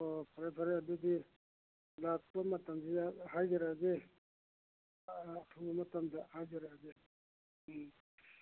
ꯑꯣ ꯐꯔꯦ ꯐꯔꯦ ꯑꯗꯨꯗꯤ ꯂꯥꯛꯄ ꯃꯇꯝꯁꯤꯗ ꯍꯥꯏꯖꯔꯛꯑꯒꯦ ꯑꯊꯨꯕ ꯃꯇꯝꯗ ꯍꯥꯏꯖꯔꯛꯑꯒꯦ ꯎꯝ